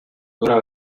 dura